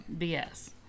bs